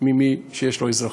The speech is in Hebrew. ממי שיש לו אזרחות.